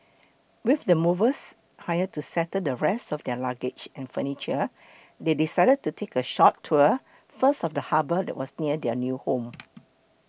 with the movers hired to settle the rest of their luggage and furniture they decided to take a short tour first of the harbour that was near their new home